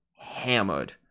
hammered